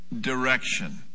direction